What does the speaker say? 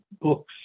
books